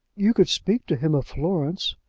you could speak to him of florence.